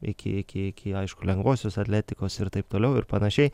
iki iki iki aišku lengvosios atletikos ir taip toliau ir panašiai